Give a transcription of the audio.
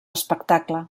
espectacle